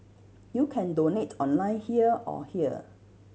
you can donate online here or here